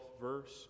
verse